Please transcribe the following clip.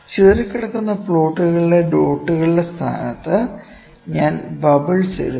ചിതറിക്കിടക്കുന്ന പ്ലോട്ടുകളിലെ ഡോട്ടുകളുടെ സ്ഥാനത്ത് ഞാൻ ബബ്ൾസ് ഇടുന്നു